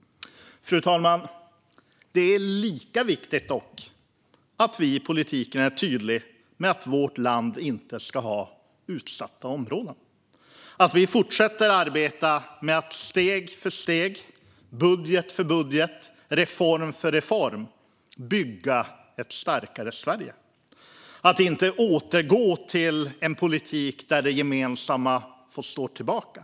Fru talman! För det andra är det lika viktigt att vi i politiken är tydliga med att vårt land inte ska ha utsatta områden och att vi fortsätter arbetet med att steg för steg, budget för budget och reform för reform bygga ett starkare Sverige. Vi ska inte återgå till en politik där det gemensamma får stå tillbaka.